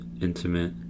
intimate